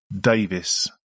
Davis